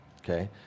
Okay